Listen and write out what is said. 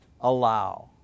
allow